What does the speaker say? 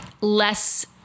less